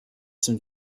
some